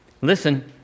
listen